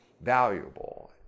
valuable